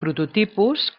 prototipus